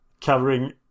covering